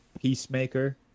Peacemaker